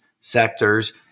sectors